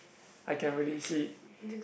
I can really see